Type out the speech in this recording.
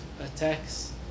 attacks